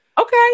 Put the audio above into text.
Okay